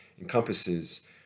encompasses